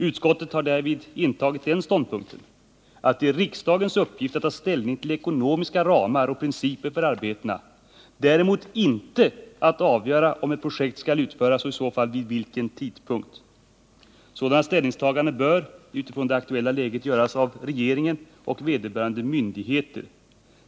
Utskottet har därvid intagit den ståndpunkten att det är riksdagens uppgift att ta ställning till ekonomiska ramar och principer för arbetena, däremot inte att avgöra om ett projekt skall utföras och i så fall vid vilken tidpunkt. Sådana ställningstaganden bör utifrån det aktuella läget göras av regeringen och vederbörande myndigheter.